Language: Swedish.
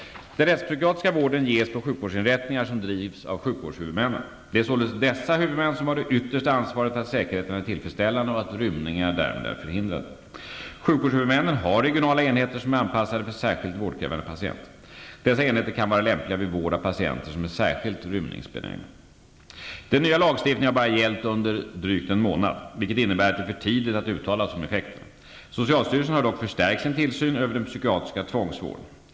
Den rättspsykiatriska vården ges på sjukvårdsinrättningar som drivs av sjukvårdshuvudmännen. Det är således dessa huvudmän som har det yttersta ansvaret för att säkerheten är tillfredsställande och att rymningar därmed förhindras. Sjukvårdshuvudmännen har regionala enheter som är anpassade för särskilt vårdkrävande patienter. Dessa enheter kan vara lämpliga vid vård av patienter som är särskilt rymningsbenägna. Den nya lagstiftningen har bara gällt under en dryg månad, vilket innebär att det är för tidigt att uttala sig om effekterna. Socialstyrelsen har dock förstärkt sin tillsyn över den psykiatriska tvångsvården.